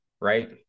right